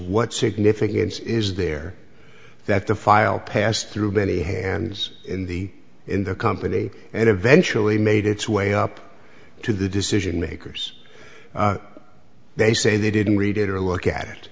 what significance is there that the file passed through binny hands in the in the company and eventually made its way up to the decision makers they say they didn't read it or look at it